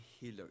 healer